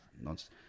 nonsense